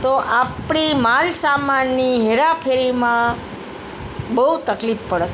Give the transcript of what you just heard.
તો આપણી માલસામાનની હેરાફેરીમાં બહુ તકલીફ પડત